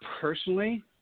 personally